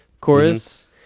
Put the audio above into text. chorus